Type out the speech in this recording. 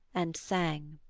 and sang.